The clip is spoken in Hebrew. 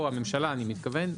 הממשלה אני מתכוון,